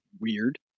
weird